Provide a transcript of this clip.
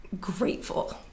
grateful